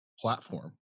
platform